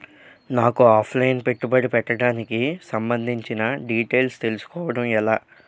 నాకు offline పెట్టుబడి పెట్టడానికి సంబందించిన డీటైల్స్ తెలుసుకోవడం ఎలా?